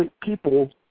people